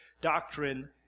doctrine